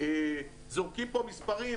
זורקים פה מספרים,